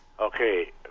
Okay